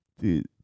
dude